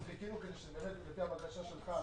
חיכינו כדי שזאת תהיה הבקשה שלך,